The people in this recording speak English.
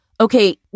okay